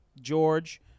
George